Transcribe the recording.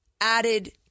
added